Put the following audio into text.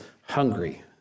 hungry